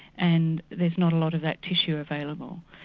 and there's not a lot of that tissue available.